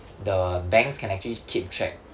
the banks can actually keep track